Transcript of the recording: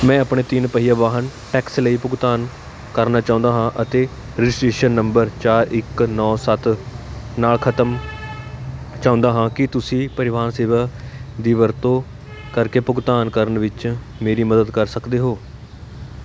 ਮੈਂ ਆਪਣੇ ਤਿੰਨ ਪਹੀਆ ਵਾਹਨ ਟੈਕਸ ਲਈ ਭੁਗਤਾਨ ਕਰਨਾ ਚਾਹੁੰਦਾ ਹਾਂ ਅਤੇ ਰਜਿਸਟ੍ਰੇਸ਼ਨ ਨੰਬਰ ਚਾਰ ਇੱਕ ਨੌ ਸੱਤ ਨਾਲ ਖਤਮ ਚਾਹੁੰਦਾ ਹਾਂ ਕੀ ਤੁਸੀਂ ਪਰਿਵਾਹਨ ਸੇਵਾ ਦੀ ਵਰਤੋਂ ਕਰਕੇ ਭੁਗਤਾਨ ਕਰਨ ਵਿੱਚ ਮੇਰੀ ਮਦਦ ਕਰ ਸਕਦੇ ਹੋ